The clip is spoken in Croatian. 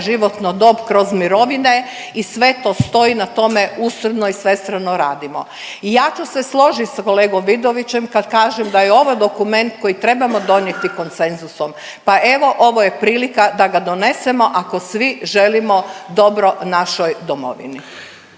životna dob kroz mirovine i sve to stoji na tome usrdno i svestrano radimo. I ja ću se složiti sa kolegom Vidovićem kad kažem da je ovo dokument koji trebamo donijeti konsenzusom. Pa evo ovo je prilika da ga donesemo ako svi želimo dobro našoj Domovini.